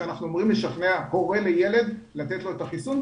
אנחנו אמורים לשכנע הורה לילד לתת לו את החיסון,